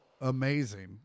amazing